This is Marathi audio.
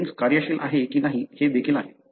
प्रोटिन्स कार्यशील आहे की नाही हे देखील आहे